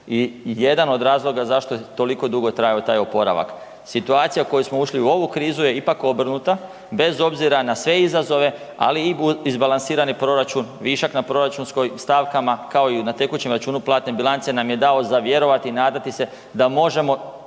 i jedan od razloga zašto je toliko dugo trajao taj oporavak. Situacija u koju smo ušli u ovu krizu je ipak obrnuta, bez obzira na sve izazove, ali i izbalansirani proračun, višak na proračunskoj stavkama, kako i na tekućem računu platne bilance nam je dao za vjerovati i nadati se da možemo